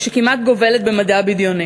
שכמעט גובלת במדע בדיוני.